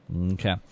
Okay